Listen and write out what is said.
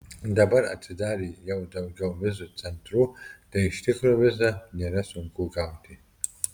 dabar atsidarė jau daugiau vizų centrų tai iš tikro vizą nėra sunku gauti